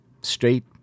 straight